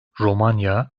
romanya